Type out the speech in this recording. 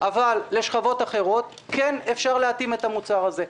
אבל לשכבות אחרות כן אפשר להתאים את המוצר הזה.